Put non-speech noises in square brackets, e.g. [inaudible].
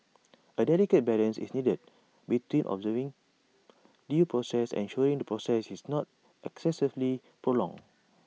[noise] A delicate balance is needed between observing due process and ensuring the process is not excessively prolonged